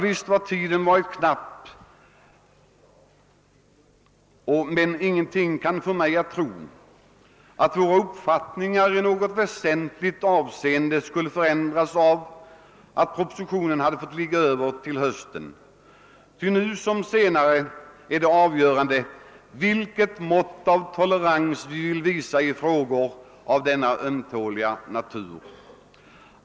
Visst har tiden varit knapp, men ingenting kan få mig att tro att våra uppfattningar i något väsentligt avseende skulle förändras av att propositionen hade fått vila till hösten. Ty nu som senare är det avgörande vilket mått av tolerans vi vill visa i frågor av denna ömtåliga natur.